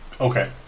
Okay